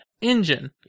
Engine